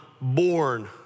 born